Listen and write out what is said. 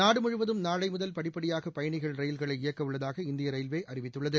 நாடு முழுவதும் நாளை முதல் படிப்படியாக பயணிகள் ரயில்களை இயக்க உள்ளதாக இந்தியன் ரயில்வே அறிவித்துள்ளது